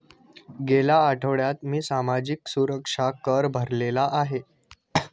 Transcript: गेल्या आठवड्यात मी सामाजिक सुरक्षा कर भरलेला आहे